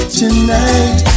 tonight